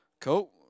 Cool